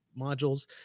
modules